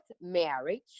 marriage